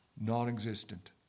non-existent